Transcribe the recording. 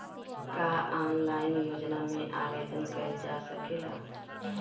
का ऑनलाइन योजना में आवेदन कईल जा सकेला?